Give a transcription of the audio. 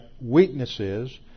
weaknesses